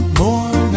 more